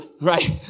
Right